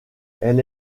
elle